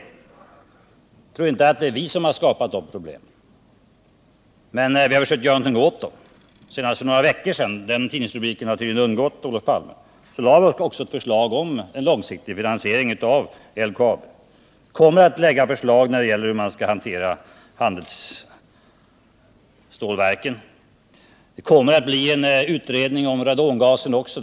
Men jag tror inte att det är vi som har skapat de problemen. Däremot har vi försökt göra någonting åt dem. Senast för några veckor sedan — den tidningsrubriken har tydligen undgått Olof Palme — lade vi också fram ett förslag om långsiktig finansiering av LKAB. Vi kommer att lägga fram förslag i fråga om hur handelsstålverken skall hanteras. Det kommer att bli en utredning om radongasen också.